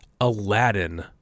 Aladdin